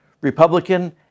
Republican